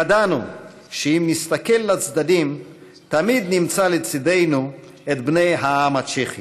ידענו שאם נסתכל לצדדים תמיד נמצא לצידנו את בני העם הצ'כי.